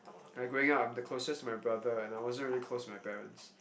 like growing up I'm the closest to my brother and I wasn't really close to my parents